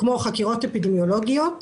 כמו חקירות אפידמיולוגיות,